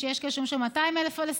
יש כאלה שאומרים שיש שם 200,000 פלסטינים.